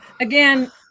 Again